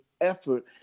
effort